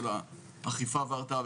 של האכיפה וההתרעה,